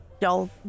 y'all